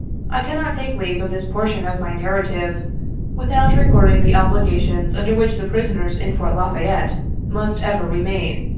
i cannot take leave of this portion of my narrative without recording the obligations under which the prisoners in fort la fayette must ever remain,